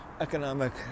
economic